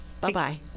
Bye-bye